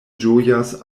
ĝojas